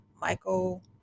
Michael